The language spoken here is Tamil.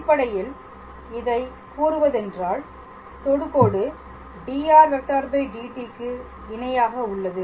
அடிப்படையில் இதை கூறுவதென்றால் தொடுகோடு dr⃗ dt க்கு இணையாக உள்ளது